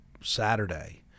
Saturday